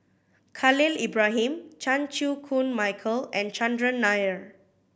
Khalil Ibrahim Chan Chew Koon Michael and Chandran Nair